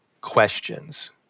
questions